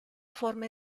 forme